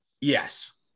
Yes